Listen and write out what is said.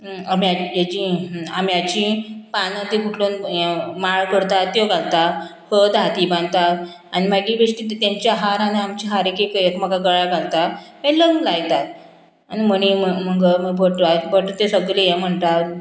हेचीं आंब्याचीं पानां तीं गुंथून माळ करता त्यो घालता हळद हाती बांदता आनी मागीर बेश्टी तेंचे हार आनी आमचे हार एक एकामेकाक गळ्या घालता आनी लग्न लायतात आनी मणी भट भट तें सगळे हें म्हणटात